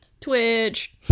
Twitch